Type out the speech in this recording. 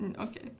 Okay